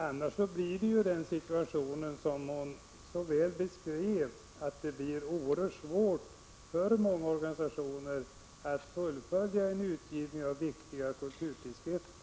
Annars uppstår juden situation som hon så väl beskrev, nämligen att det blir oerhört svårt för många organisationer att fullfölja utgivningen av viktiga kulturtidskrifter.